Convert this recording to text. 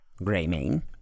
Greymane